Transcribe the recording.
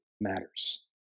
matters